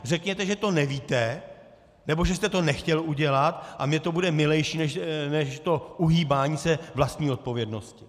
Řekněte, že to nevíte, nebo že jste to nechtěl udělat, a mně to bude milejší než to uhýbání se vlastní odpovědnosti.